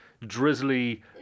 Drizzly